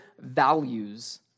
values